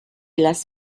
las